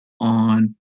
on